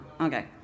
Okay